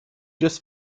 just